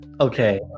Okay